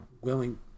willing